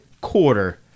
quarter